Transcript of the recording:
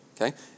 Okay